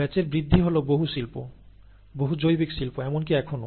ব্যাচের বৃদ্ধি হল বহু শিল্প বহু জৈবিক শিল্প এমনকি এখনও